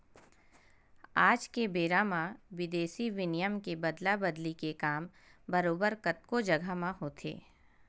आज के बेरा म बिदेसी बिनिमय के अदला बदली के काम बरोबर कतको जघा म होथे